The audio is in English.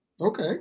Okay